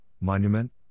monument